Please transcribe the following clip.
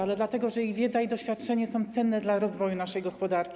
Zarabiają, dlatego że ich wiedza i doświadczenie są cenne dla rozwoju naszej gospodarki.